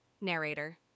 Narrator